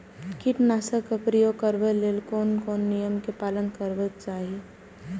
कीटनाशक क प्रयोग करबाक लेल कोन कोन नियम के पालन करबाक चाही?